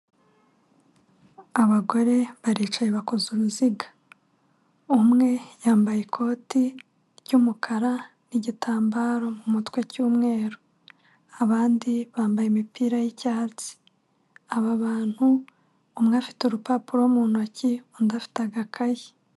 Abagore baricaye bakoze uruziga, umwe yambaye ikoti ry'umukara n'igitambara mu mutwe cy'umweru, abandi bambaye imipira y'icyatsi. Aba bantu umwe afite urupapuro mu ntoki undi afite agakayi.